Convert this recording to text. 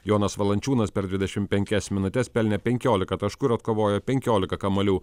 jonas valančiūnas per dvidešim penkias minutes pelnė penkiolika taškų ir atkovojo penkiolika kamuolių